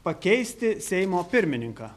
pakeisti seimo pirmininką